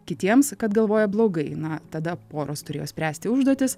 kitiems kad galvoja blogai na tada poros turėjo spręsti užduotis